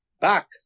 back